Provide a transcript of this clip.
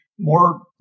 more